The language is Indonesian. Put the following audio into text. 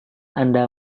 anda